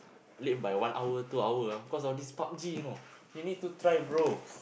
late by one hour two hour ah cause of this Pub-G you know you need to try bro